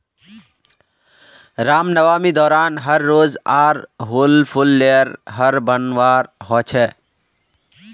रामनवामी दौरान हर रोज़ आर हुल फूल लेयर हर बनवार होच छे